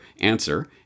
answer